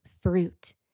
fruit